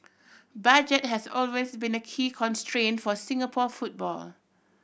budget has always been a key constraint for Singapore football